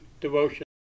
devotion